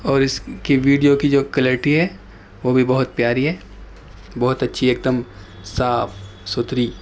اور اس کی ویڈیو کی جو کلیرٹی ہے وہ بھی بہت پیاری ہے بہت اچھی ایک دم صاف ستھری